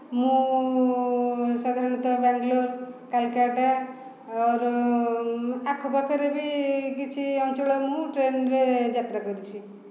ମୁଁ ସାଧାରଣତଃ ବେଙ୍ଗଲୋର୍ କାଲକାଟା ଆଉ ଆଖପାଖରେ ବି କିଛି ଅଞ୍ଚଳକୁ ମୁଁ ଟ୍ରେନ୍ରେ ଯାତ୍ରା କରୁଛି